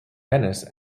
denis